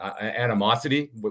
animosity